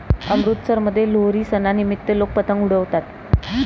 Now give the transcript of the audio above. अमृतसरमध्ये लोहरी सणानिमित्त लोक पतंग उडवतात